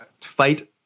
fight